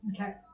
Okay